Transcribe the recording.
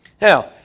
Now